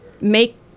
make